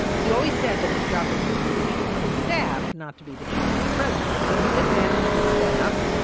he always said that his job was to be the chief of staff, not to be the chief of the president. so he did manage the staff,